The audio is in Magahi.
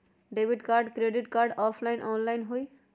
Debit card credit card offline online होई?